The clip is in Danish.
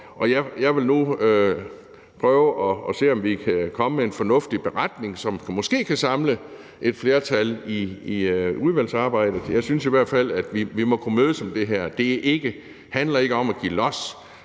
prøve at se, om vi kan komme med en fornuftig beretning, som måske kan samle et flertal. Jeg synes i hvert fald, at vi må kunne mødes om det her. Det handler ikke om at give los.